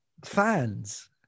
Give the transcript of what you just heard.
Fans